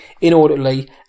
inordinately